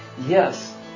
Yes